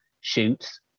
shoots